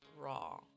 raw